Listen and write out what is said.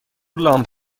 لامپ